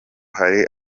hari